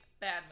bad